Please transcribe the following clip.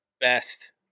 best